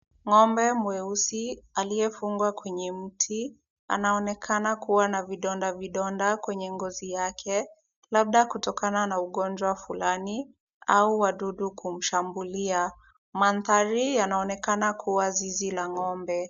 Ng'ombe mweusi aliyefungwa kwenye mti, anaonekana kuwa na vidonda vidonda kwenye ngozi yake, labda kutokana na ugonjwa fulani au wadudu kumshambulia. Mandhari yanaonekana kuwa zizi la ng'ombe.